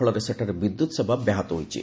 ଫଳରେ ସେଠାରେ ବିଦ୍ୟୁତ୍ ସେବା ବ୍ୟାହାତ ହୋଇଛି